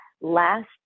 last